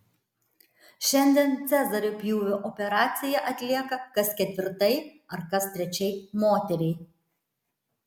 šiandien cezario pjūvio operacija atlieka kas ketvirtai ar kas trečiai moteriai